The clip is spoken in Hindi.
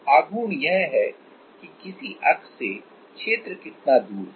मोमेंट यह है कि किसी अक्ष से क्षेत्र कितना दूर है